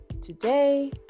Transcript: today